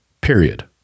period